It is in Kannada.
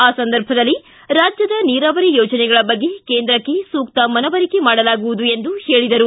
ಆ ಸಂದರ್ಭದಲ್ಲಿ ರಾಜ್ಯ ನೀರಾವರಿ ಯೋಜನೆಗಳ ಬಗ್ಗೆ ಕೇಂದ್ರಕ್ಕೆ ಸೂಕ್ತ ಮನವರಿಕೆ ಮಾಡಲಾಗುವುದು ಎಂದರು